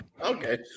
Okay